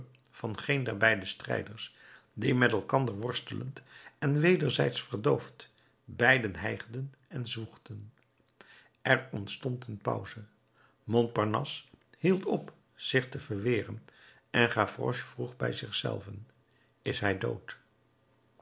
van geen der beide strijders die met elkander worstelend en wederzijds verdoofd beiden hijgden en zwoegden er ontstond een pauze montparnasse hield op zich te verweren en gavroche vroeg bij zich zelven is hij dood